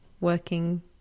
working